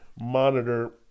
monitor